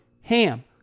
HAM